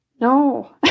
No